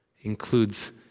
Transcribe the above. includes